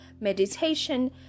meditation